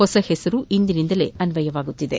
ಹೊಸ ಹೆಸರು ಇಂದಿನಿಂದಲೇ ಅನ್ವಯವಾಗುವುದು